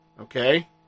Okay